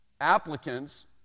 applicants